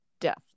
death